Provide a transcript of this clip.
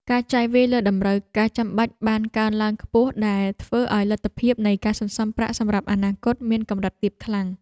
ការចាយវាយលើតម្រូវការចាំបាច់បានកើនឡើងខ្ពស់ដែលធ្វើឱ្យលទ្ធភាពនៃការសន្សំប្រាក់សម្រាប់អនាគតមានកម្រិតទាបខ្លាំង។